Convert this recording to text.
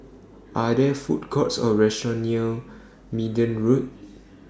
Are There Food Courts Or restaurants near Minden Road